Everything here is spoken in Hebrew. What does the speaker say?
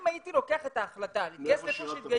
אם הייתי לוקח את ההחלטה להתגייס להיכן